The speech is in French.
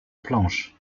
planche